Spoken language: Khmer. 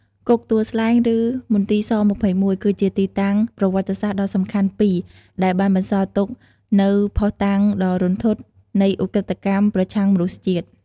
គុកទួលស្លែង ឬ មន្ទីរស-២១ គឺជាទីតាំងប្រវត្តិសាស្ត្រដ៏សំខាន់ពីរ ដែលបានបន្សល់ទុកនូវភស្តុតាងដ៏រន្ធត់នៃឧក្រិដ្ឋកម្មប្រឆាំងមនុស្សជាតិ។